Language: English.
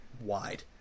wide